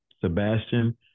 Sebastian